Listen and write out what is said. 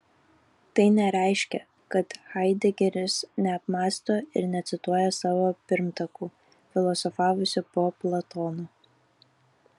tai nereiškia kad haidegeris neapmąsto ir necituoja savo pirmtakų filosofavusių po platono